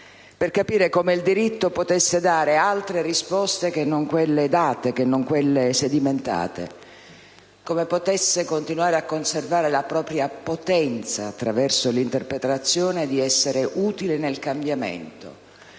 per capire come il diritto potesse dare altre risposte che non quelle già date e sedimentate, come potesse continuare a conservare la propria potenza, attraverso l'interpretazione, nell'essere utile al cambiamento